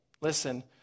Listen